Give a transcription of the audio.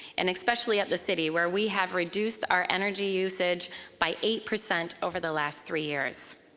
and especially at the city, where we have reduced our energy usage by eight percent over the last three years.